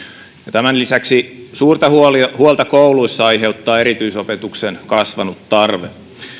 tämän lisäksi suurta huolta huolta kouluissa aiheuttaa erityisopetuksen kasvanut tarve